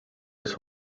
his